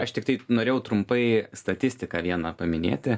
aš tiktai norėjau trumpai statistiką vieną paminėti